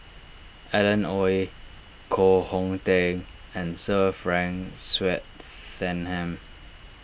Alan Oei Koh Hong Teng and Sir Frank Swettenham